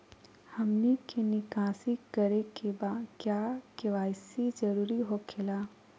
हमनी के निकासी करे के बा क्या के.वाई.सी जरूरी हो खेला?